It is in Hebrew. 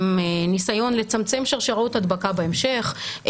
עם ניסיון לצמצם שרשראות הדבקה בהמשך,